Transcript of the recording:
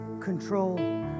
control